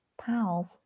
pals